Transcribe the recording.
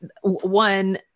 one